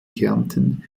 kärnten